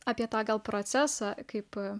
apie tą gal procesą kaip